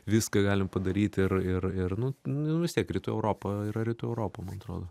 viską galim padaryt ir ir ir nu nu vis tiek rytų europa yra rytų europa man atrodo